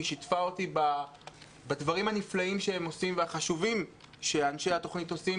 היא שיתפה אותי בדברים הנפלאים והחשובים שאנשי התוכנית עושים,